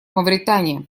мавритания